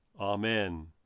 Amen